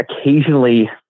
occasionally